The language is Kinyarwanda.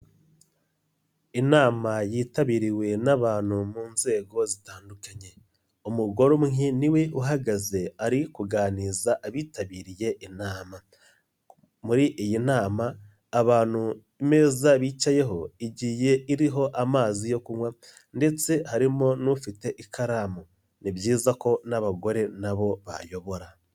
Inama yitabiriwe n'abantu mu nzego zitandukanye, umugore umwe niwe uhagaze ari kuganiriza abitabiriye inama. Muri iyi nama abantu meza bicayeho igiye iriho amazi yo kunywa, ndetse harimo n'ufite ikaramu. Ni byiza ko n'abagore n'abo bayobora.